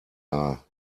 are